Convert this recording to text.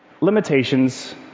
Limitations